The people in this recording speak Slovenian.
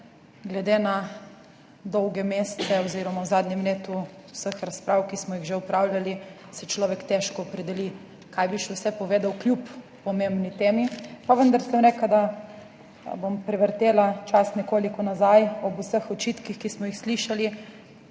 Glede na dolge mesece oziroma v zadnjem letu vse razprave, ki smo jih že opravljali, se človek težko opredeli, kaj vse bi še povedal kljub pomembni temi. Pa vendar sem rekla, da bom prevrtela čas nekoliko nazaj, ob vseh očitkih, ki smo jih slišali,